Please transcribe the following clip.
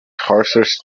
horses